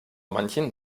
manchen